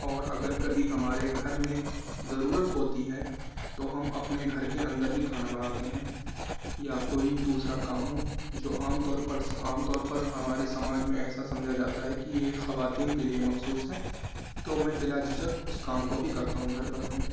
اور اگر کبھی ہمارے گھر میں ضرورت ہوتی ہے تو ہم اپنے گھر کے اندر بھی کھانا بناتے ہیں یا کوئی بھی دوسرا کام ہو جو عام طور پر عام طور پر ہمارے سماج میں ایسا سمجھا جاتا ہے کہ یہ خواتین کے لیے مخصوص ہے تو میں بلا جھجھک اس کام کو بھی کرتا ہوں گھر پر اپنے